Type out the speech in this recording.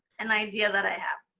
an idea that i had.